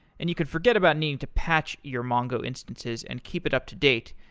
and you could forget about needing to patch your mongo instances and keep it up-to-date,